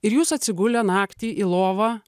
ir jūs atsigulę naktį į lovą